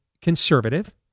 conservative